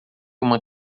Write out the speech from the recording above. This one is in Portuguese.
uma